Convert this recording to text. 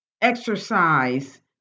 exercise